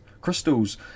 crystals